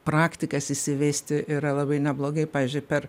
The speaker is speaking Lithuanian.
praktikas įsivesti yra labai neblogai pavyzdžiui per